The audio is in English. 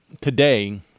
today